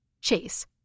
chase